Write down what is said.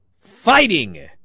fighting